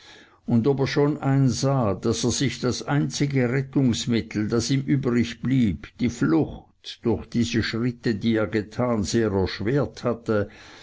und ob er schon einsah daß er sich das einzige rettungsmittel das ihm übrigblieb die flucht durch die schritte die er getan sehr erschwert hatte